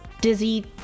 Dizzy